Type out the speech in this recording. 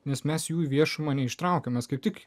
nes mes jų į viešumą neištraukiamas kaip tik